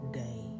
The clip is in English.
day